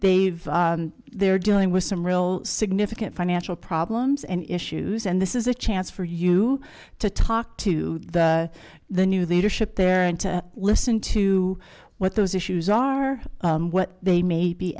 they've they're dealing with some real significant financial problems and issues and this is a chance for you to talk to the new leadership there and to listen to what those issues are what they may be